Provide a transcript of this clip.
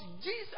Jesus